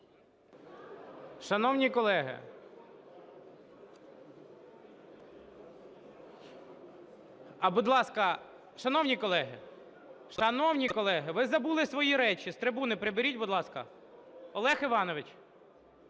шановні колеги, ви забули свої речі, з трибуни приберіть, будь ласка. Олег Іванович,